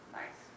nice